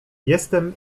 jestem